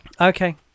okay